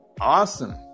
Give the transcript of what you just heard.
Awesome